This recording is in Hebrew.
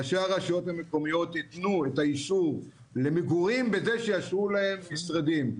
הרשויות המקומיות התנו את האישור למגורים בזה שיאשרו להם משרדים.